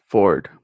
Ford